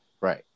Right